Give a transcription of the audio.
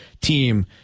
team